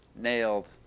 nailed